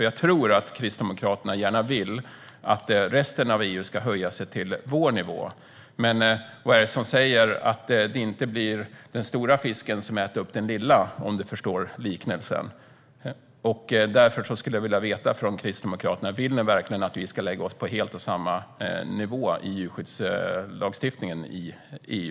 Jag tror att Kristdemokraterna gärna vill att resten av EU ska höja sig till vår nivå, men vad är det som säger att det inte blir den stora fisken som äter upp den lilla? Du förstår nog liknelsen. Därför skulle jag vilja veta: Vill Kristdemokraterna verkligen att vi ska lägga oss på alldeles samma nivå i djurskyddslagstiftningen i EU?